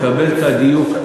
בפזיזות, מקבל את הדיוק.